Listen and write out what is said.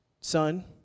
son